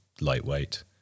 lightweight